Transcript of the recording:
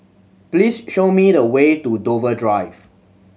please show me the way to Dover Drive